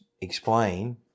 explain